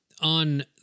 on